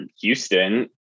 Houston